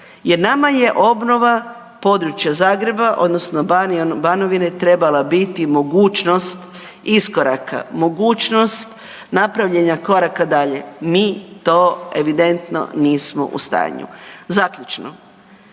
jer nama je obnova područja Zagreba, odnosno Banovine, trebala biti mogućnost iskoraka, mogućnost napravljenja koraka dalje. Mi to evidentno nismo u stanju. Zaključno,